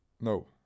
No